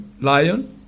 lion